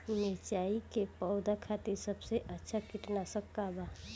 मिरचाई के पौधा खातिर सबसे अच्छा कीटनाशक का बा?